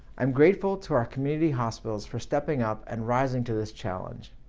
i'm grateful to our community hospitals for stepping up and rising to this challenge,